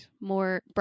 more